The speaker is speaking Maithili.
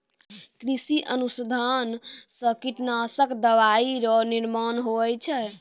कृषि अनुसंधान से कीटनाशक दवाइ रो निर्माण हुवै छै